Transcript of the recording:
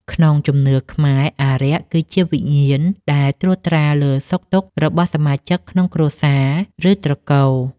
ក្នុងជំនឿខ្មែរ អារក្សគឺជាវិញ្ញាណដែលត្រួតត្រាលើសុខទុក្ខរបស់សមាជិកក្នុងគ្រួសារ ឬត្រកូល។